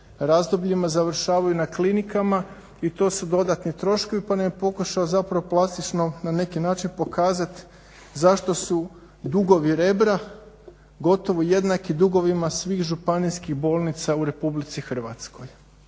razdobljima završavaju na klinikama i to su dodatni troškovi pa …/Govornik se ne razumije/… plastično na neki način pokazat zašto su dugovi Rebra gotovo jednaki dugovima svih županijskih bolnica u RH. Dakle,